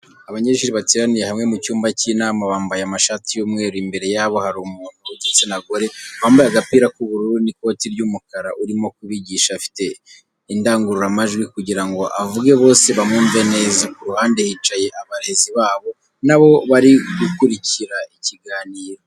Abanyeshuri bateraniye hamwe mu cyumba cy'inama bambaye amashati y'umweru, imbere yabo hari umuntu w'igitsina gore, wambaye agapira k'ubururu n'ikoti ry'umukara urimo kubigisha afite indangururamajwi kugira ngo avuge bose bamwumve neza. Ku ruhande hicaye abarezi babo na bo bari gukurikira ikiganiro.